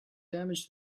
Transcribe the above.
damage